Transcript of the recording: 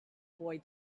boy